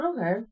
Okay